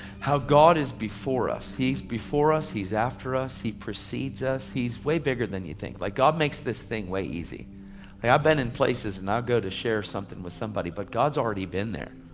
how god is before us. he's before us, he's after us, he precedes us. he's way bigger than you think. like god makes this thing way easy. hey i've been in places and i ah go to share something with somebody, but god's already been there.